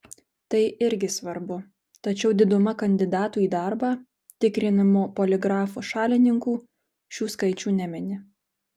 tai irgi svarbu tačiau diduma kandidatų į darbą tikrinimo poligrafu šalininkų šių skaičių nemini